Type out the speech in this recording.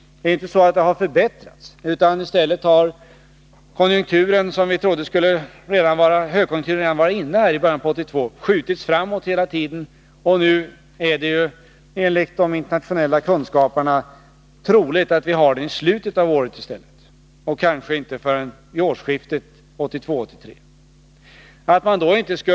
Det är inte så att konjunkturen har förbättrats. I stället har den högkonjunktur som vi trodde redan skulle vara här i början av 1982 hela tiden skjutits framåt. Nu är det enligt de internationella kunskaparna troligt att vi i stället har den i slutet av året, och kanske inte förrän vid årsskiftet 1982-1983.